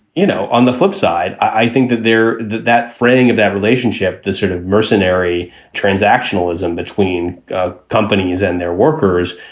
you know, on the flip side, i think that they're that that fraying of that relationship, sort of mercenary transsexualism between ah companies and their workers.